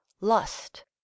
lust